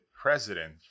president